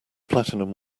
platinum